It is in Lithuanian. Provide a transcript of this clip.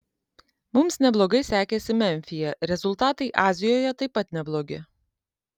mums neblogai sekėsi memfyje rezultatai azijoje taip pat neblogi